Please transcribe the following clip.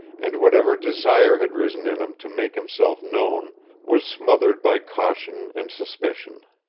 and whatever desire had risen in him to make himself known was smothered by caution and suspicion.